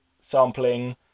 sampling